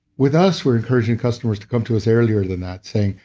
with us, we're encouraging customers to come to us earlier than that saying,